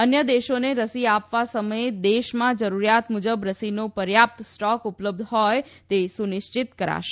અન્ય દેશોને રસી આપતા સમયે દેશમાં જરૂરીયાત મુજબ રસીનો પર્યાપ્ત સ્ટોક ઉપલબ્ધ હોય તે સુનિશ્ચિત કરાશે